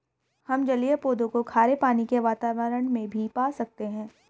हम जलीय पौधों को खारे पानी के वातावरण में भी पा सकते हैं